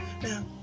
Now